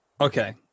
Okay